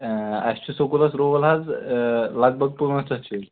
آ اَسہِ چھُ سکوٗلَس رول حظ لگ بھگ پانٛژھ ہَتھ شُرۍ